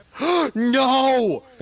No